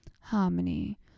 Harmony